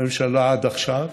הממשלה עד עכשיו